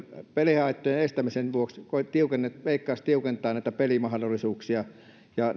pelihaittojen estämisen vuoksi veikkaus tiukentaa pelimahdollisuuksia ja